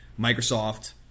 Microsoft